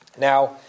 Now